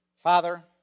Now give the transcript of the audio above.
Father